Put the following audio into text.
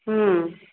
हूँ